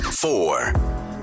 Four